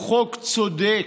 הוא חוק צודק.